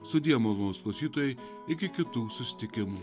sudie malonūs klausytojai iki kitų susitikimų